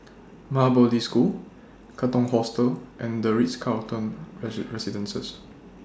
Maha Bodhi School Katong Hostel and The Ritz Carlton Residences